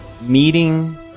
meeting